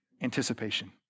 Anticipation